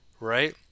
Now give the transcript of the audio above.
right